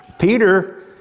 Peter